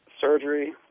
surgery